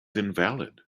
invalid